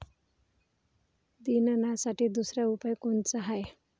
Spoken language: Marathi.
निंदनासाठी दुसरा उपाव कोनचा हाये?